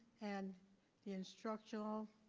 and the instructional,